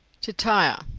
tityre,